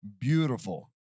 beautiful